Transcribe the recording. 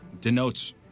denotes